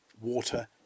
water